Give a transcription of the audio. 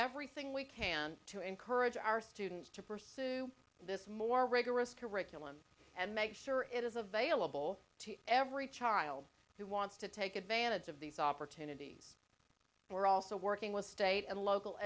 everything we can to encourage our students to pursue this more rigorous curriculum and make sure it is available to every child who wants to take advantage of these opportunities we're also working with state and local